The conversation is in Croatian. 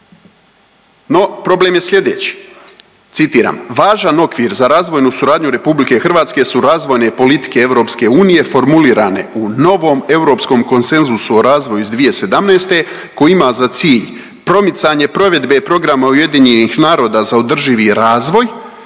No, problem je slijedeći, citiram, važan okvir za razvojnu suradnju RH su razvojne politike EU formulirane u novom Europskom konsenzusu o razvoju iz 2017. koji ima za cilj promicanje provedbe Programa UN-a za održivi razvoj